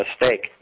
mistake